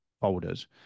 folders